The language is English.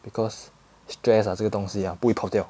because stress ah 这个东西 ah 不会跑掉